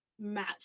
match